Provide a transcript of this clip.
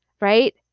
right